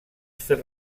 fer